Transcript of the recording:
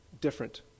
different